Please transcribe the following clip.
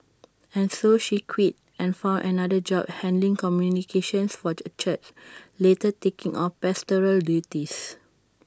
and so she quit and found another job handling communications for A church later taking on pastoral duties